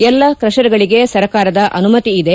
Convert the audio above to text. ಎಲ್ಲಾ ಕ್ರೆಷರ್ಗಳಿಗೆ ಸರ್ಕಾರದ ಅನುಮತಿ ಇದೆ